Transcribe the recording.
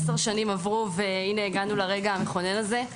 עשר שנים עברו והגענו לרגע המכונן הזה.